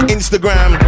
Instagram